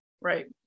Right